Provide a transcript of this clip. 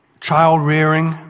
child-rearing